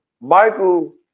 Michael